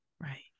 Right